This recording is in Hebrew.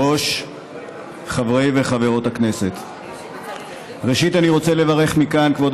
חבר הכנסת איל בן ראובן ינמק את